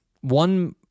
one